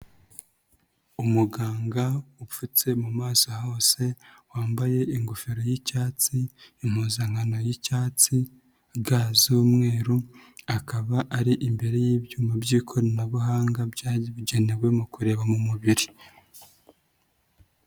Umuganga upfutse mu maso hose, wambaye ingofero y'icyatsi, impuzankano y'icyatsi, ga z'umweru, akaba ari imbere y'ibyuma by'ikoranabuhanga byabugenewe mu kureba mu mubiri.